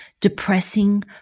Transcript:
depressing